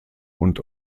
und